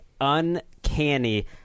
uncanny